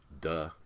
duh